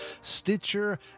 Stitcher